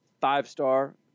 Five-star